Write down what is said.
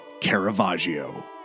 Caravaggio